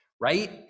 right